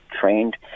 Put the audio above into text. trained